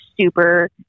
super